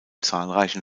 zahlreichen